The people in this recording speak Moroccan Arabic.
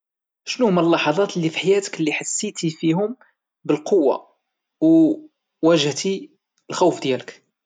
شنوهوما اللحظات اللي في حياتك اللي حسيتي فيهم بالقوة وواجهتي الخوف ديالك؟